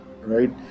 right